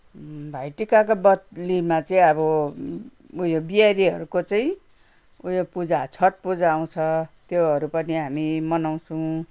भाइ टिकाको बद्लिमा चाहिँ अब उयो बिहारीहरूको चाहिँ उयो पूजा छट पूजा आउँछ त्योहरू पनि हामी मनाउँछौँ